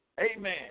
Amen